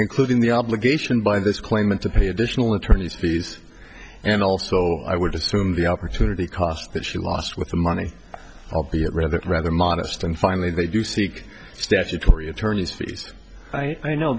including the obligation by this claimant to pay additional attorney's fees and also i would assume the opportunity cost that she lost with the money of the it rather rather modest and finally they do seek statutory attorney's fees i know